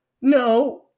no